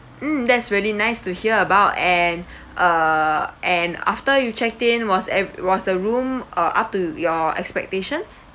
mm that's really nice to hear about and uh and after you checked in was ev~ was the room uh up to your expectations